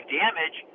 damage